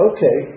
Okay